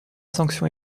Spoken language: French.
sanction